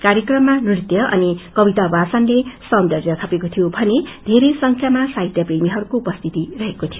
कार्यक्रममा नृत्य अनि कविता वाचनले सौन्द्रय थपेको थियो भने थेरै संख्यामा साहित्यप्रेमीहरूको उपस्थिति रहेको थियो